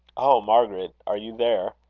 oh, margaret! are you there?